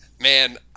man